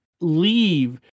leave